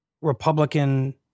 Republican